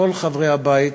כל חברי הבית,